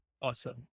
awesome